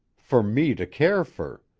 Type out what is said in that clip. fer me to care fer.